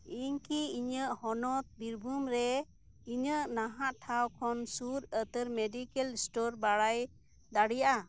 ᱤᱧ ᱠᱤ ᱤᱧᱟᱹᱜ ᱦᱚᱱᱚᱛ ᱵᱤᱨᱵᱷᱩᱢ ᱨᱮ ᱤᱧᱟᱹᱜ ᱱᱟᱦᱟᱜ ᱴᱷᱟᱶ ᱠᱷᱚᱱ ᱥᱩᱨ ᱩᱛᱟᱹᱨ ᱢᱮᱰᱤᱠᱮᱞ ᱥᱴᱳᱨ ᱤᱧ ᱵᱟᱲᱟᱭ ᱫᱟᱲᱮᱭᱟᱜ ᱟ